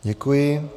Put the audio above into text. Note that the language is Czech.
Děkuji.